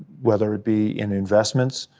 whether it be in investments,